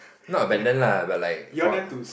not abandon lah but like for